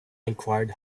enquired